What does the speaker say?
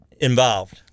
involved